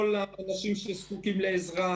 כל האנשים שזקוקים לעזרה,